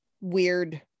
weird